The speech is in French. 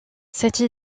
cette